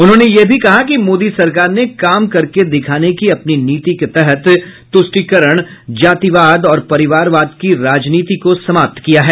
उन्होंने यह भी कहा कि मोदी सरकार ने काम करके दिखाने की अपनी नीति के तहत तुष्टीकरण जातिवाद और परिवारवाद की राजनीति को समाप्त किया है